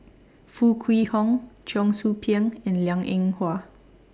Foo Kwee Horng Cheong Soo Pieng and Liang Eng Hwa